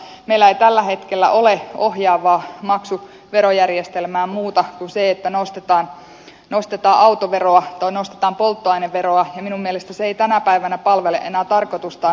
meillä ei tällä hetkellä ole ohjaavaa mak su verojärjestelmää muuta kuin se että nostetaan autoveroa tai nostetaan polttoaineveroa ja minun mielestäni se ei tänä päivänä palvele enää tarkoitustaan